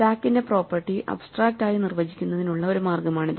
സ്റ്റാക്കിന്റെ property abstract ആയി നിർവചിക്കുന്നതിനുള്ള ഒരു മാർഗമാണിത്